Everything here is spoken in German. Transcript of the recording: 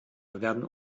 werden